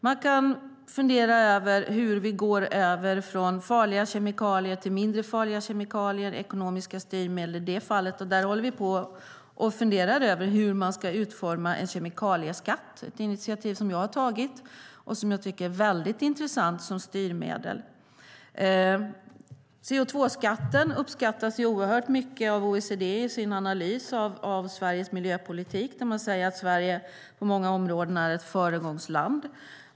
Man kan fundera över hur vi kan gå över från farliga kemikalier till mindre farliga kemikalier och ekonomiska styrmedel i det. Där funderar vi på hur man ska utforma en kemikalieskatt, ett initiativ som jag har tagit och som jag tycker är väldigt intressant som styrmedel. I sin analys av Sveriges miljöpolitik säger man att Sverige på många områden är ett föregångsland.